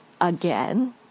again